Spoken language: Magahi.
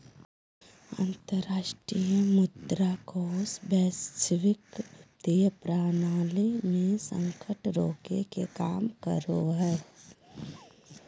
अंतरराष्ट्रीय मुद्रा कोष वैश्विक वित्तीय प्रणाली मे संकट रोके के काम करो हय